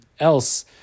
else